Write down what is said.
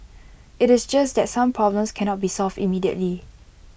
IT is just that some problems cannot be solved immediately